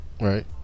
Right